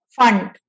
fund